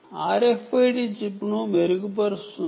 range ను మెరుగుపరుస్తుంది